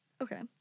Okay